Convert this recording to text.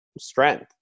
strength